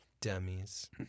Dummies